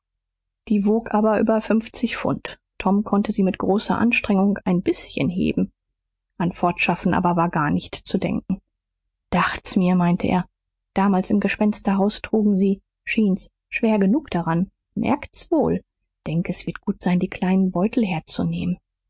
die wog aber über pfund tom konnte sie mit großer anstrengung ein bißchen heben an fortschaffen aber war gar nicht zu denken dacht's mir meinte er damals im gespensterhaus trugen sie schien's schwer genug daran merkt's wohl denk s wird gut sein die kleinen beutel herzunehmen